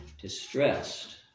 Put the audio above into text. Distressed